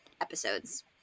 episodes